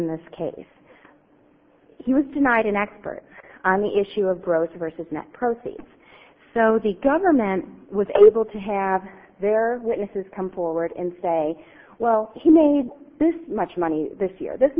in this case he was denied an expert on the issue of gross vs net proceeds so the government was able to have their witnesses come forward and say well he made this much money this year this